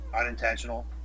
unintentional